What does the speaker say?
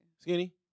Skinny